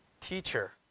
Teacher